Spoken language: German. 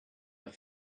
der